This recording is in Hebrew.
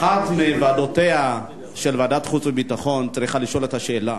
אחת מוועדותיה של ועדת החוץ והביטחון צריכה לשאול את השאלה: